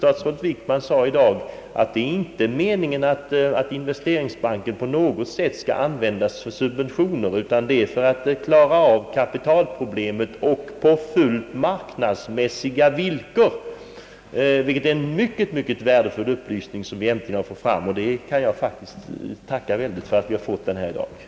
Statsrådet Wickman framhöll i dag att det inte är meningen att investeringsbanken på något sätt skulle användas för subventionerande verksamhet. Dess uppgift är att klara av kapitalproblemet, vilket skall ske på fullt marknadsmässiga villkor. Detta är en mycket värdefull upplysning, som jag vill tacka för att vi i dag har fått.